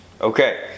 okay